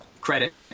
credit